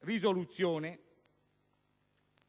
risoluzione